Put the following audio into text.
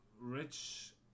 Rich